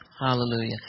Hallelujah